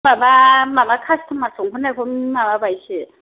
माबा माबा कास्ट'मार सोंहरनायखौनो माबाबायसो